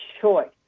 choice